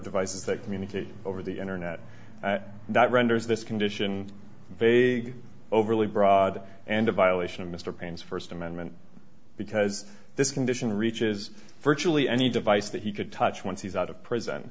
devices that community over the internet that renders this condition vague overly broad and a violation of mr paine's first amendment because this condition reaches virtually any device that he could touch once he's out of prison